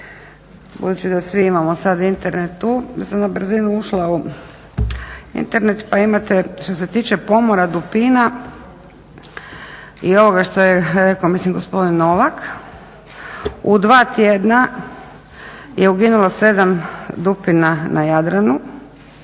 budući da svi imamo Internet tu ja sam na brzinu ušla u Internet pa imate što se tiče pomora dupina i ovoga što je rekao mislim gospodin Novak, u dva tjedna je uginulo 7 dupina na Jadranu